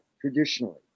traditionally